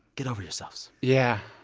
get over yourselves yeah,